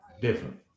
different